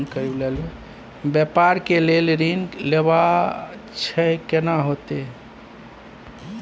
व्यापार के लेल ऋण लेबा छै केना होतै?